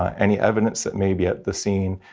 um any evidence that may be at the scene,